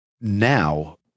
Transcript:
Now